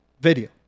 video